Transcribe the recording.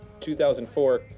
2004